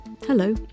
Hello